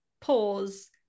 pause